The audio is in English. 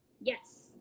Yes